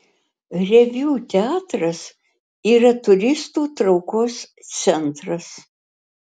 reviu teatras yra turistų traukos centras